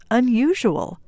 unusual